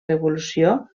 revolució